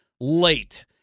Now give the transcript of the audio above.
late